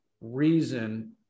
reason